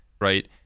right